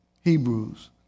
Hebrews